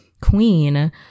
queen